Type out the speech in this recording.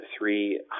three